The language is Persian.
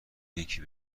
یکی